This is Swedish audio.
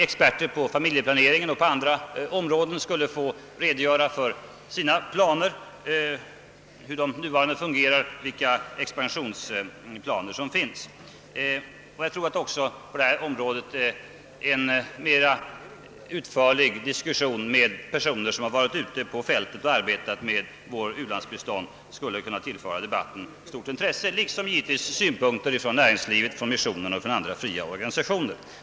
Experter på familjeplaneringens område skulle få redogöra för de föreliggande planerna och för vilka expansionsplaner som finns. En mera utförlig utfrågning av personer som arbetat ute på fältet med vårt u-landsbistånd skulle kunna tillföra debatten material av stort intresse. Detsamma gäller de synpunkter som kan anföras av näringslivet, missionen och andra fria organisationer.